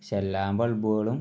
പക്ഷേ എല്ലാ ബൾബുകളൂം